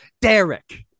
Derek